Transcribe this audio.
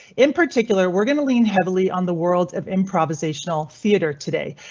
in particular, we're going to lean heavily on the world's of improvisational theater today.